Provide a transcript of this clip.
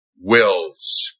wills